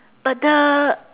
but the